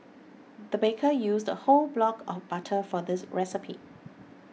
the baker used a whole block of butter for this recipe